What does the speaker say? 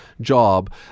job